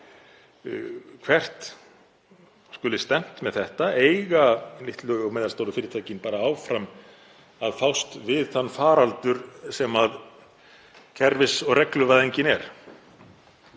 sjá hvert skuli stefnt með þetta. Eiga litlu og meðalstóru fyrirtækin áfram að fást við þann faraldur sem kerfis- og regluvæðingin er